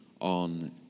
on